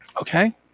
Okay